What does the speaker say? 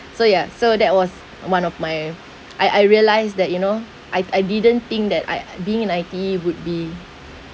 so ya so that was one of my I I realised that you know I I didn't think that I I being in I_T_E would be